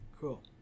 Cool